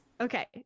Okay